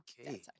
Okay